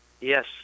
Yes